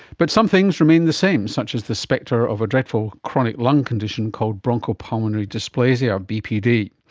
but some things remain the same, such as the spectre of a dreadful chronic lung condition called bronchopulmonary dysplasia, or bpd.